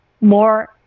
more